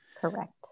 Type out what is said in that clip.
Correct